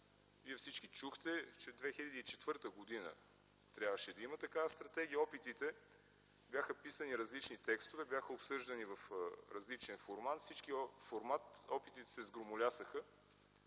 Вие всички чухте, че през 2004 г. трябваше да има такава стратегия. Бяха писани различни текстове, бяха обсъждани в различен формат. Опитите се сгромолясаха